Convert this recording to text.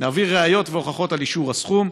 להביא ראיות והוכחות על אישור הסכום.